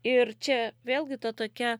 ir čia vėlgi ta tokia